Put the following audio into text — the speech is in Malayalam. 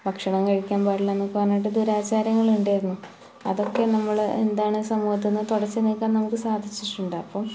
ഭക്ഷണം കഴിക്കാന് പാടില്ല എന്നൊക്കെ പറഞ്ഞിട്ട് ദുരാചാരങ്ങൾ ഉണ്ടായിരുന്നു അതൊക്കെ നമ്മൾ എന്താണ് സമൂഹത്തിൽ നിന്നു തുടച്ചു നീക്കാന് നമുക്ക് സാധിച്ചിട്ടുണ്ട് അപ്പം